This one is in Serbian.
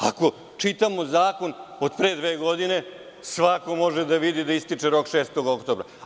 Ako čitamo zakon od pre dve godine, svako može da vidi da rok ističe 6. oktobra.